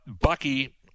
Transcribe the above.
Bucky